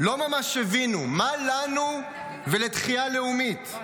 -- לא ממש הבינו מה לנו ולתחייה לאומית.